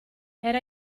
era